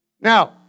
Now